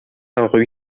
rue